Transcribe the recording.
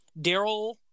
Daryl